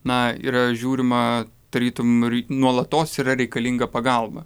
na yra žiūrima tarytum re nuolatos yra reikalinga pagalba